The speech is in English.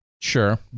Sure